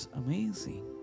amazing